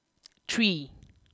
three